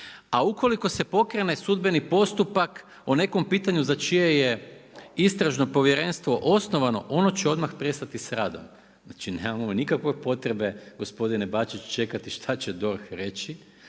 a u koliko se pokrene sudbeni postupak o nekom pitanju za čije je istražno povjerenstvo osnovano ono će odmah prestati sa radom. Znači nemao nikakve potrebe gospodine Bačić čekati šta će DORH reći